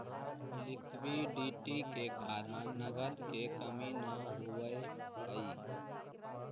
liquidity के कारण नगद के कमी न होवऽ हई